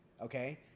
Okay